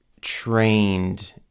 trained